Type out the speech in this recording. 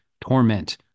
torment